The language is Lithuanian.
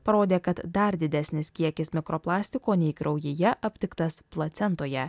parodė kad dar didesnis kiekis mikroplastiko nei kraujyje aptiktas placentoje